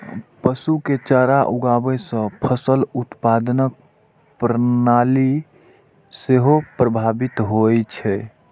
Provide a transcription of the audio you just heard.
पशु के चारा उगाबै सं फसल उत्पादन प्रणाली सेहो प्रभावित होइ छै